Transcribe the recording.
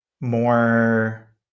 more